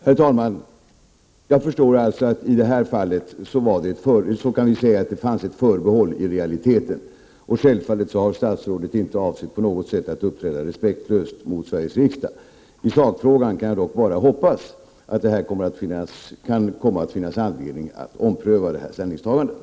Herr talman! Jag förstår att det i detta fall i realiteten fanns ett förbehåll. Självfallet har inte statsrådet på något sätt avsett att uppträda respektlöst mot Sveriges riksdag. I sakfrågan kan jag dock bara hoppas att det kan komma att finnas anledning att ompröva det här ställningstagandet.